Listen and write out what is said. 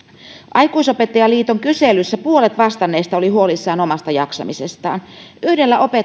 aikuisopettajien liiton kyselyssä puolet vastanneista oli huolissaan omasta jaksamisestaan yhdellä